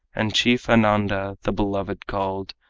and chief ananda, the beloved called,